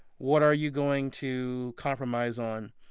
what are you going to compromise on?